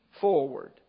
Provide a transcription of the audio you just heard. forward